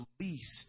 least